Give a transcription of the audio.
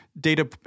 data